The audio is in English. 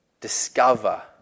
Discover